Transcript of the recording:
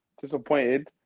Disappointed